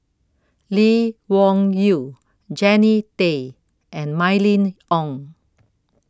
Lee Wung Yew Jannie Tay and Mylene Ong